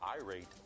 irate